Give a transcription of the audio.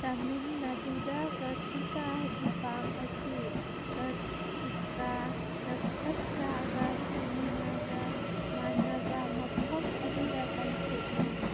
ꯇꯥꯃꯤꯜ ꯅꯥꯗꯨꯗ ꯀ꯭ꯔꯇꯤꯀꯥ ꯗꯤꯄꯥꯝ ꯑꯁꯤ ꯀ꯭ꯔꯇꯤꯀꯥ ꯅꯛꯁꯠꯇ꯭ꯔꯥꯒ ꯄꯨꯔꯅꯤꯃꯥꯒ ꯃꯥꯟꯅꯕ ꯃꯐꯝ ꯑꯗꯨꯗ ꯄꯥꯡꯊꯣꯛꯏ